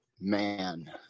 man